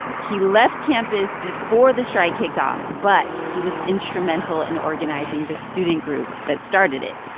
he left campus before the strike kicked off, but he was instrumental in organizing the student group that started it,